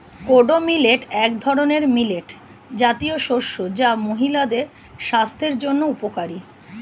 kodo millet এক ধরনের millet জাতীয় শস্য যা মহিলাদের স্বাস্থ্যের জন্য উপকারী